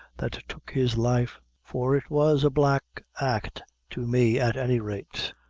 that took his life for it was a black act to me at any rate!